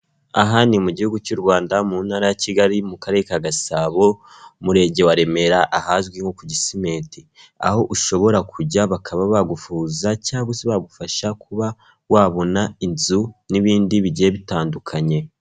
Aha ni mu gihugu cy'u Rwanda, mu ntara ya Kigali, mu karere ka Gasabo, umurenge wa Remera ahazwi nko ku Gisimenti, aho ushobora kujya bakaba bakuvuza cyangwa se bagufasha kuba wabona inzu n'ibindi bigiye bitandukanye.